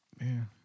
man